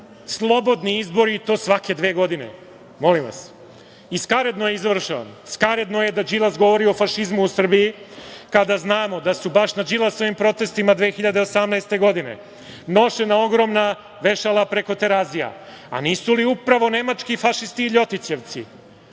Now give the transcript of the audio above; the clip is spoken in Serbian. slobodni izbori svake dve godine? Molim vas, skaradno je da Đilas govori o fašizmu u Srbiji kada znamo da su baš na Đilasovim protestima 2018. godine nošena ogromna vešala preko Terazija, a nisu li upravo nemački fašisti i Ljotićevci